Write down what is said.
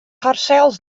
harsels